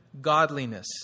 godliness